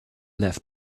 left